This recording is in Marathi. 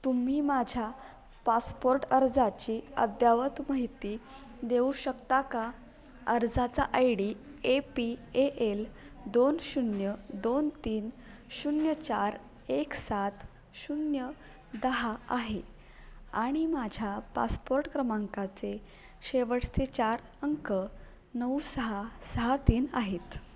तुम्ही माझ्या पासपोर्ट अर्जाची अद्ययावत माहिती देऊ शकता का अर्जाचा I D A P A L दोन शून्य दोन तीन शून्य चार एक सात शून्य दहा आहे आणि माझ्या पासपोर्ट क्रमांकाचे शेवटचे चार अंक नऊ सहा सहा तीन आहेत